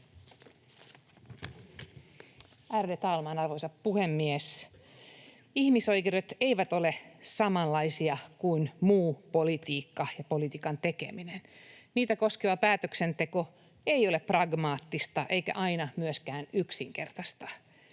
Ärade talman, arvoisa puhemies! Ihmisoikeudet eivät ole samanlaisia kuin muu politiikka ja politiikan tekeminen. Niitä koskeva päätöksenteko ei ole pragmaattista eikä aina myöskään yksinkertaista.